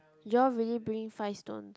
you all really bring five stone